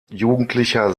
jugendlicher